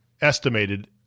estimated